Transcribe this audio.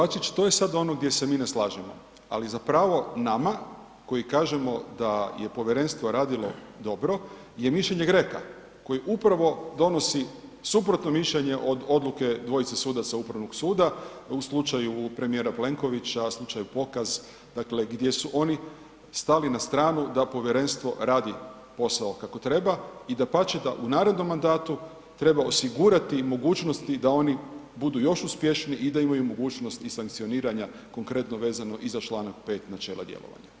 Kolega Bačić, to je sad ono gdje se mi ne slažemo, ali za pravo nama koji kažemo da je povjerenstvo radilo dobro je mišljenje GRECO-a koji upravo donosi suprotno mišljenje od odluke dvojice sudaca Upravnog suda u slučaju premijera Plenkovića, slučaju pokaz, dakle gdje su oni stali na stranu da povjerenstvo radi posao kako treba i dapače da u narednom mandatu treba osigurati i mogućnosti da oni budu još uspješniji i da imaju mogućnost i sankcioniranja konkretno vezano i za članak 5. načela djelovanja.